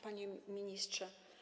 Panie Ministrze!